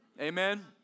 Amen